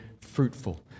fruitful